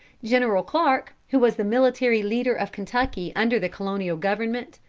general clarke, who was the military leader of kentucky under the colonial government,